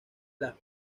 las